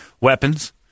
weapons